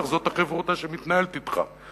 זאת החברותא שמתנהלת אתך.